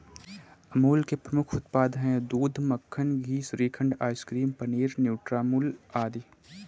अमूल के प्रमुख उत्पाद हैं दूध, मक्खन, घी, श्रीखंड, आइसक्रीम, पनीर, न्यूट्रामुल आदि